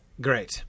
Great